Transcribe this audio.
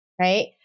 right